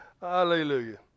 Hallelujah